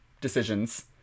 decisions